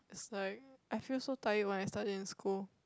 is like I feel so tired when I study in school